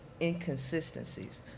inconsistencies